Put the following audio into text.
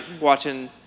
watching